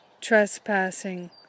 trespassing